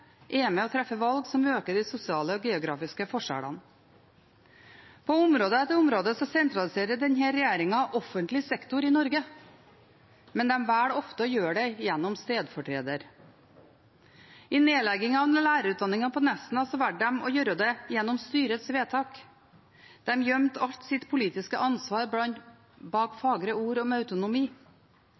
med på å treffe valg som øker de sosiale og geografiske forskjellene. På område etter område sentraliserer denne regjeringen offentlig sektor i Norge, men de velger ofte å gjøre det gjennom en stedfortreder. I nedleggingen av lærerutdanningen på Nesna valgte de å gjøre det gjennom styrets vedtak. De gjemte alt sitt politiske ansvar bak fagre ord om autonomi.